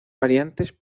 variantes